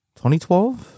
2012